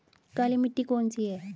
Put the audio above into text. काली मिट्टी कौन सी है?